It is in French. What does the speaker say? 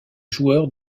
joueurs